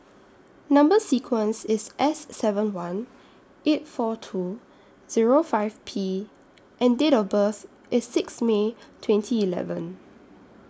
Number sequence IS S seven one eight four two Zero five P and Date of birth IS six May twenty eleven